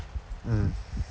mm